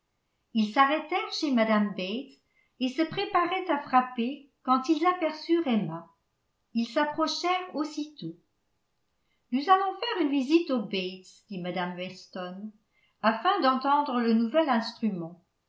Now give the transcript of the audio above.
ils s'arrêtèrent chez mme bates et se préparaient à frapper quand ils aperçurent emma ils s'approchèrent aussitôt nous allons faire une visite aux bates dit mme weston afin d'entendre le nouvel instrument